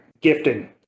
Gifting